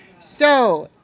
so,